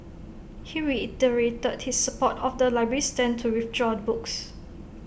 he reiterated his support of the library's stand to withdraw the books